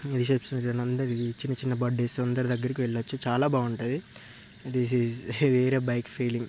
reception అందరి చిన్న చిన్న బర్త్డేస్ అందరి దగ్గరికి వెళ్ళొచ్చు చాలా బాగుంటది this is heavier bike feeling